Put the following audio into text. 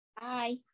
Bye